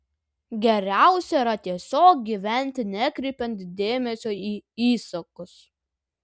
geriausia yra tiesiog gyventi nekreipiant dėmesio į įsakus